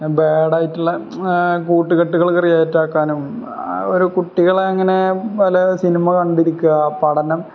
പിന്നെ ബാഡായിട്ടുള്ള കൂട്ടുകെട്ടുകള് ക്രീയേറ്റ് ആക്കാനും കുട്ടികളങ്ങനെ പല സിനിമ കണ്ടിരിക്കുക പഠനം